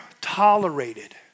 tolerated